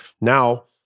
now